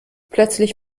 plötzlich